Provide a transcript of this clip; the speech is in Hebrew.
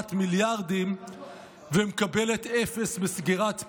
זורעת מיליארדים ומקבלת אפס בסגירת פערים.